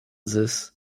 dix